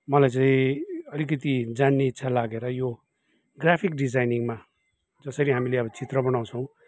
मलाई चाहिँ अलिकति जान्ने इच्छा लागेर यो ग्राफिक डिजाइनिङमा जसरी हामीले अब चित्र बनाउँछौँ